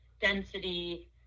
density